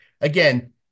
again